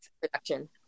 production